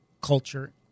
culture